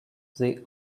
they